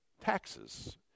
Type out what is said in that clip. taxes